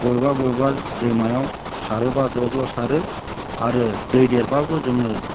बबेबा बबेबा दैमायाव सारोब्ला ज' ज' सारो आरो दै देरब्लाबो जोङो